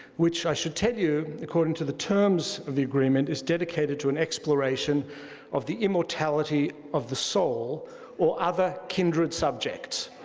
which i should tell you, according to the terms of the agreement, is dedicated to an exploration of the immortality of the soul or other kindred subjects.